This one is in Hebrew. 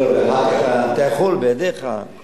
אני לא יודע, אתה יכול, בידיך.